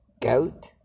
goat